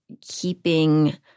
keeping